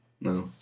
No